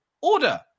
order